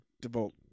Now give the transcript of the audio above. devote